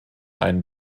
einen